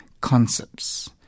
concepts